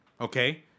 okay